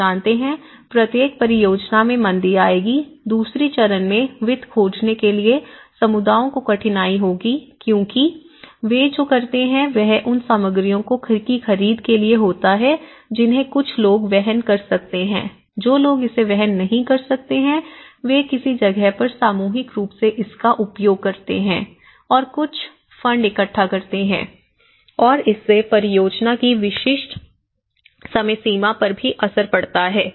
आप जानते हैं प्रत्येक परियोजना में मंदी आएगी दूसरे चरण में वित्त खोजने के लिए समुदायों को कठिनाई होगी क्योंकि वे जो करते हैं वह उन सामग्रियों की खरीद के लिए होता है जिन्हें कुछ लोग वहन कर सकते हैं जो लोग इसे वहन नहीं कर सकते हैं वे किसी जगह पर सामूहिक रूप से इसका उपयोग करते हैं और कुछ फंड इकट्ठा करते है और इससे परियोजना की विशिष्ट समयसीमा पर भी असर पड़ता है